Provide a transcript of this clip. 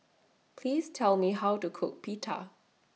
Please Tell Me How to Cook Pita